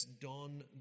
don